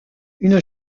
une